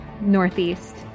northeast